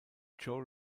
joel